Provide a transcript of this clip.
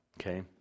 Okay